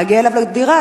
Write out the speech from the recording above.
להגיע אליו לדירה,